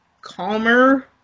calmer